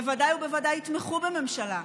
בוודאי ובוודאי יתמכו בממשלה,